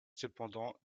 cependant